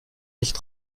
nicht